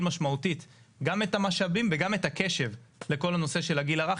משמעותית גם את המשאבים וגם את הקשב לכל הנושא של הגיל הרך,